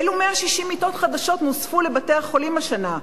אילו 160 מיטות חדשות נוספו לבתי-החולים השנה?